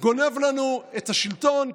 גונב לנו את השלטון,